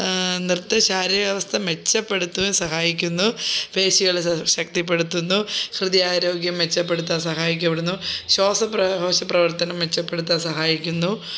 നൃത്തം ശാരീരികാവസ്ഥ മെച്ചപ്പെടുത്തുവാൻ സഹായിക്കുന്നു പേശികളെ ശ ശക്തിപ്പെടുത്തുന്നു ഹൃദയാരോഗ്യം മെച്ചപ്പെടുത്താൻ സഹായിക്കപ്പെടുത്തുന്നു ശ്വാസപ്രവർ ശ്വാസപ്രവർത്തനം മെച്ചപ്പെടുത്താൻ സഹായിക്കുന്നു